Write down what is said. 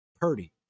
Purdy